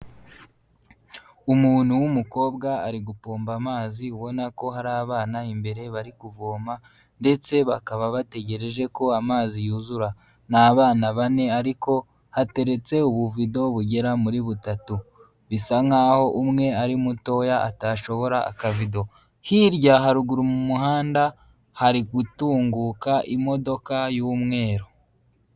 Umuntu w'umukobwa ari gupomba amazi, ubona ko hari abana imbere bari kuvoma ndetse bakaba bategereje ko amazi yuzura. Ni abana bane ariko hateretse ubuvido bugera muri butatu, bisa nkaho umwe ari mutoya atashobora akavido, hirya haruguru mu muhanda hari gutunguka imodoka y'umweru.